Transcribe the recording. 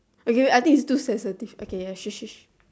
okay I think is too sensitive okay ya sure sure sure